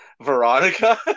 Veronica